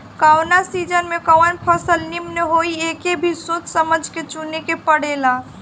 कवना सीजन में कवन फसल निमन होई एके भी सोच समझ के चुने के पड़ेला